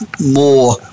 more